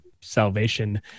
salvation